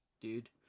Dude